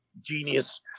genius